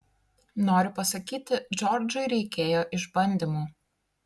noriu pasakyti džordžui reikėjo išbandymų